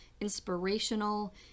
inspirational